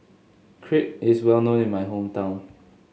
crepe is well known in my hometown